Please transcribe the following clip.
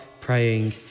praying